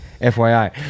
FYI